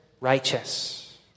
righteous